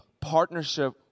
partnership